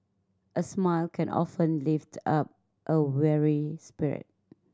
a smile can often lift up a weary spirit